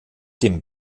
dem